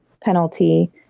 penalty